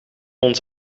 ons